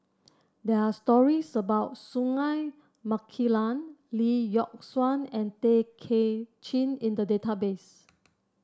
there are stories about Singai Mukilan Lee Yock Suan and Tay Kay Chin in the database